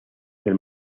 del